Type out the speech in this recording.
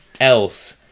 else